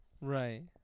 Right